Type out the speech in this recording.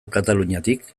kataluniatik